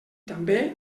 també